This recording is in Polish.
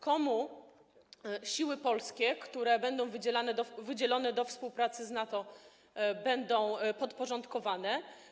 Komu siły polskie, które będą wydzielone do współpracy z NATO, będą podporządkowane?